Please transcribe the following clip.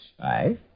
Five